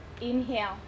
Inhale